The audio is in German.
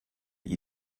ihr